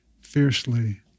fiercely